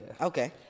okay